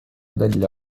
degli